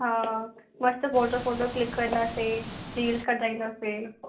हा मस्तु फोटो वोटो क्लिक कंदासीं रील्स कढाईंदासीं